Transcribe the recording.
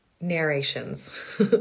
narrations